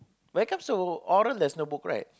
when comes to oral there is no book right